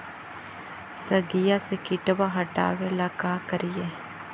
सगिया से किटवा हाटाबेला का कारिये?